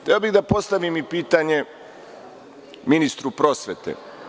Hteo bih da postavim i pitanje ministru prosvete.